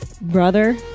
brother